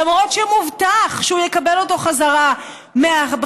למרות שמובטח שהוא יקבל אותו חזרה מהחברה,